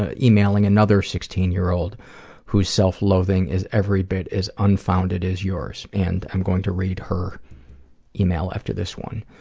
ah emailing another sixteen year old whose self-loathing is every bit as unfounded as yours. and i'm going to read her email after this one.